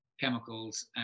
chemicals